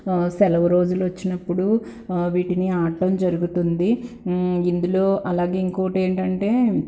సెలవు రోజులు వచ్చినప్పుడు వీటిని ఆడ్డం జరుగుతుంది ఇందులో అలాగే ఇంకోటి ఏంటంటే